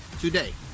today